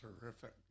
Terrific